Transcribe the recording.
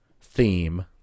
theme